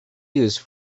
used